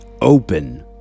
open